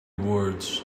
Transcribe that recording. words